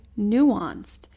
nuanced